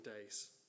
days